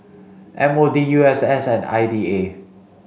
M O D U S S and I D A